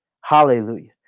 Hallelujah